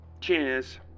Cheers